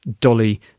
Dolly